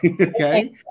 okay